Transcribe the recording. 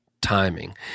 timing